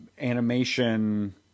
animation